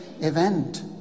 event